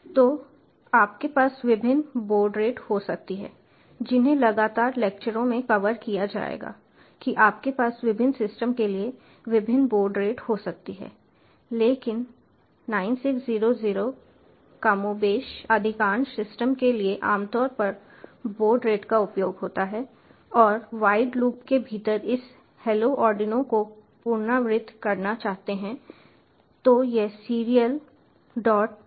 तो आपके पास विभिन्न बॉड रेट हो सकती हैं जिन्हें लगातार लेक्चरों में कवर किया जाएगा कि आपके पास विभिन्न सिस्टम के लिए विभिन्न बॉड रेट हो सकती हैं लेकिन 9600 कमोबेश अधिकांश सिस्टम के लिए आमतौर पर बॉड रेट का उपयोग होता है और वॉइड लूप के भीतर इस हैलो आर्डिनो को पुनरावृत्त करना चाहते हैं